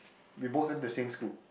we both went to the same school